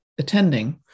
attending